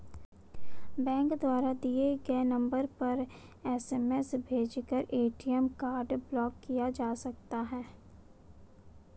bank द्वारा दिए गए नंबर पर एस.एम.एस भेजकर ए.टी.एम कार्ड ब्लॉक किया जा सकता है